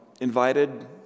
invited